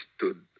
stood